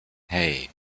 hei